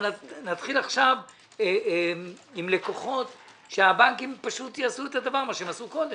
שנתחיל עכשיו עם לקוחות שהבנקים פשוט יעשו את הדבר שהם עשו קודם.